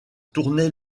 tournai